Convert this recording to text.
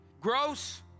gross